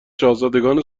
شاهزادگان